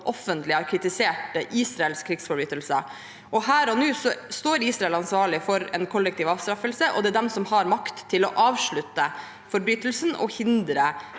offentlig har kritisert Israels krigsforbrytelser. Her og nå står Israel ansvarlig for en kollektiv avstraffelse, og det er de som har makt til å avslutte forbrytelsen og hindre